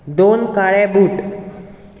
दोन काळे बूट